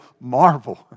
marvel